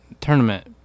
tournament